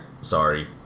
Sorry